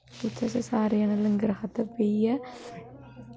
पुड़ियां बनदियां मटर पनीर बनी जंदा